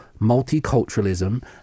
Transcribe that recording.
multiculturalism